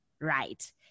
right